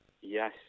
yes